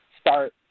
start